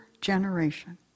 generation